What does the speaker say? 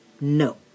no